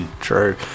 True